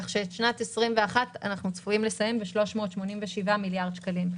כך שאת שנת 2021 אנחנו צפויים לסיים ב-387 מיליארד שקלים.